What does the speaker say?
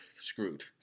screwed